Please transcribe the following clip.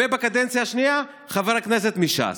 ובקדנציה השנייה, חבר כנסת מש"ס.